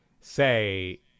say